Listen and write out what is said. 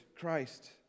Christ